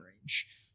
range